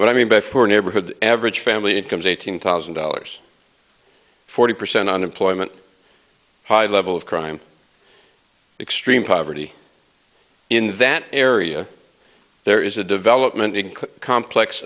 i mean by four neighborhood average family incomes eight hundred thousand dollars forty percent unemployment high level of crime extreme poverty in that area there is a development in c